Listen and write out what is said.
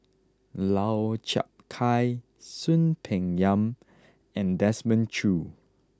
Lau Chiap Khai Soon Peng Yam and Desmond Choo